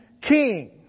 king